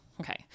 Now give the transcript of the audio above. Okay